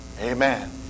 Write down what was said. Amen